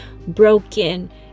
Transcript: broken